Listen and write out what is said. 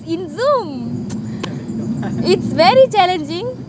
in zoom it's very challenging